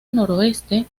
noroeste